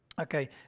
Okay